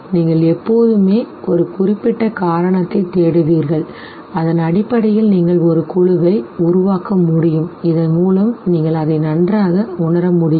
நீங்கள் எப்போதுமே ஒரு குறிப்பிட்ட காரணத்தைத் தேடுவீர்கள் அதன் அடிப்படையில் நீங்கள் ஒரு குழுவை உருவாக்க முடியும் இதன் மூலம் நீங்கள் அதை நன்றாக உணர முடியும்